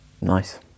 Nice